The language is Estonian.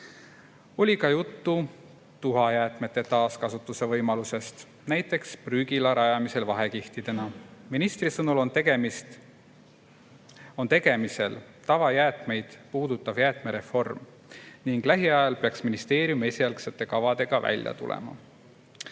Oli ka juttu tuhajäätmete taaskasutuse võimalusest, näiteks prügila rajamisel vahekihtidena. Ministri sõnul on tegemisel tavajäätmeid puudutav jäätmereform ning lähiajal peaks ministeerium esialgsete kavadega välja tulema.